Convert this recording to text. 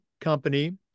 company